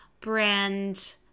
brand